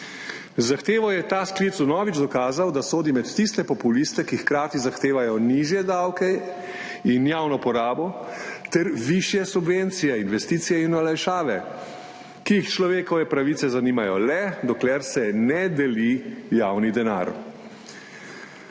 zahtevo je ta sklic vnovič dokazal, da sodi med tiste populiste, ki hkrati zahtevajo nižje davke in javno porabo ter višje subvencije, investicije in olajšave, ki jih človekove pravice zanimajo le, dokler se ne deli javni denar.